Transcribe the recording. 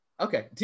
Okay